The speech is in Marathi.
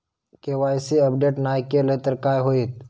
के.वाय.सी अपडेट नाय केलय तर काय होईत?